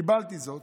קיבלתי זאת,